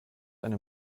eine